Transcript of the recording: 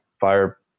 fire